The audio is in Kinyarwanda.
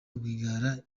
rwigara